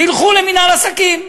תלכו למינהל עסקים.